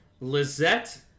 Lizette